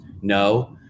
No